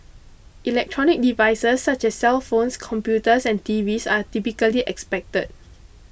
electronic devices such as cellphones computers and T Vs are typically expected